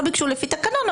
לא ביקשו לפי תקנון,